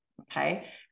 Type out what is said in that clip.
okay